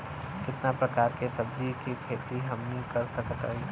कितना प्रकार के सब्जी के खेती हमनी कर सकत हई?